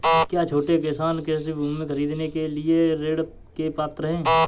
क्या छोटे किसान कृषि भूमि खरीदने के लिए ऋण के पात्र हैं?